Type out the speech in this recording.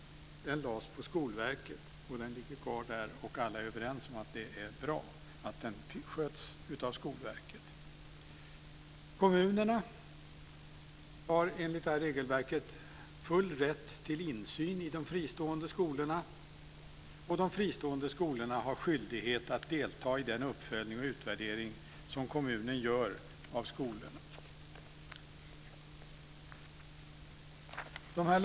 Skolverket. Den ligger kvar där, och alla är överens om att det är bra att den sköts av Skolverket. Kommunerna har enligt regelverket full rätt till insyn i de fristående skolorna, och de fristående skolorna har skyldighet att delta i den uppföljning och utvärdering av skolorna som kommunen gör.